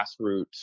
grassroots